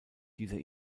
dieser